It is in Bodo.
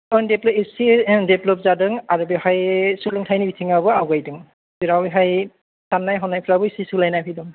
एसे डेभेलप जादों आरो बेवहाय सोलोंथाइनि बिथिङाबो आवगायदों जेराव बेहाय साननाय हनायफ्राबो एसे सोलायनाय फैदों